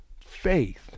Faith